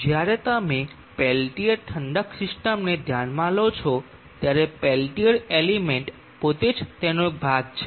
જ્યારે તમે પેલ્ટીઅર ઠંડક સિસ્ટમને ધ્યાનમાં લો છો ત્યારે પેલ્ટીઅર એલિમેન્ટ પોતે જ તેનો એક ભાગ છે